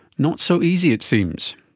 not so easy it seems.